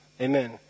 Amen